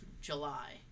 July